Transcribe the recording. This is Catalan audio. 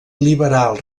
liberal